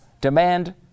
demand